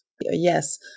yes